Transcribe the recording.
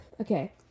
Okay